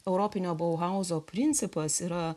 europinio bauhauzo principas yra